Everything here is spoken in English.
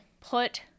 put